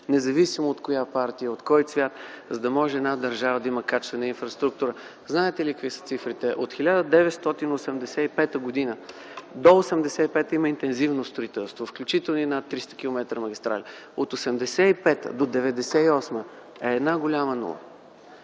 независимо от коя партия са, от кой цвят са, за да има една държава качествена инфраструктура. Знаете ли какви са цифрите? До 1985 г. има интензивно строителство, включително и над 300 км магистрали. От 1985 г. до 1998 г. е една голяма нула!